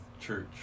church